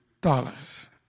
dollars